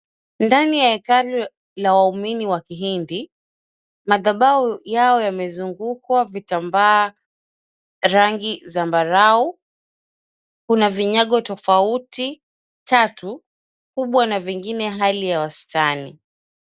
Ndani ya hekalu la waumini wa kihindi. Madhabahu yao yamezungukwa vitambaa rangi zambarau. Kuna vinyago tofauti tatu kubwa na vingine hali ya wastani.